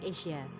Asia